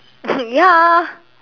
ya